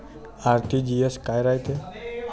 RTGS काय रायते?